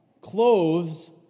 clothes